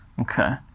Okay